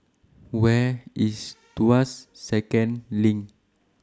Where IS Tuas Second LINK